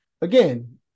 again